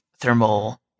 thermal